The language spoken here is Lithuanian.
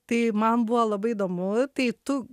tai man buvo labai įdomu tai tu